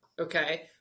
Okay